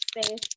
space